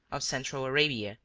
of central arabia